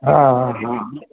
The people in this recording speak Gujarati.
હા હા